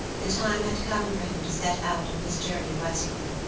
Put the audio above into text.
the time had come for him to set out on his journey westward.